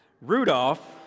Rudolph